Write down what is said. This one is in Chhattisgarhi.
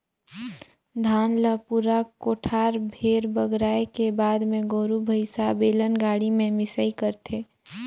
धान ल पूरा कोठार भेर बगराए के बाद मे गोरु भईसा, बेलन गाड़ी में मिंसई करथे